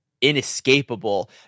inescapable